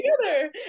together